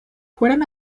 fueron